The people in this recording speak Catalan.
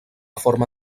forma